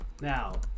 Now